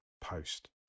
post